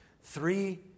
three